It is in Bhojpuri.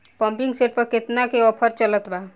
पंपिंग सेट पर केतना के ऑफर चलत बा?